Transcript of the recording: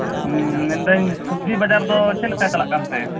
ᱦᱮᱸ ᱢᱮᱱᱫᱟᱹᱧ ᱥᱚᱵᱡᱤ ᱵᱟᱡᱟᱨ ᱫᱚ ᱪᱮᱫ ᱞᱮᱠᱟ ᱪᱟᱞᱟᱜ ᱠᱟᱱᱛᱮ